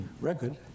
record